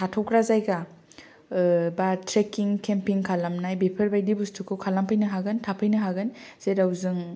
थाथ'ग्रा जायगा ओ बा ट्रेकिं केम्पिं खालामनाय बेफोरबायदि बुस्तुखौ खालामफैनो हागोन थाफैनो हागोन जेराव जों